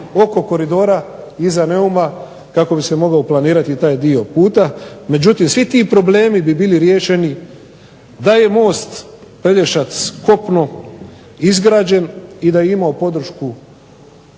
oko koridora iza Neuma kako bi se mogao planirati taj dio puta. Međutim, svi ti problemi bi bili riješeni da je most Pelješac-kopno izgrađen i da je imao podršku